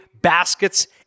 Baskets